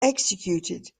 executed